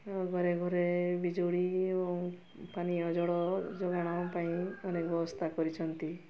ଆଉ ଘରେ ଘରେ ବିଜୁଳି ଏବଂ ପାନୀୟ ଜଳ ଯୋଗାଣ ପାଇଁ ଅନେକ ବ୍ୟବସ୍ଥା କରିଛନ୍ତି